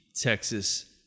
Texas